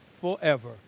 forever